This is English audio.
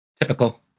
Typical